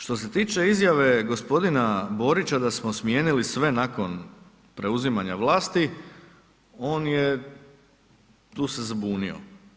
Što se tiče izjave g. Borića da smo smijenili sve nakon preuzimanja vlasti, on je tu se zbunio.